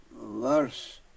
worse